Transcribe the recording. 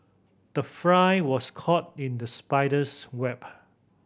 the fly was caught in the spider's web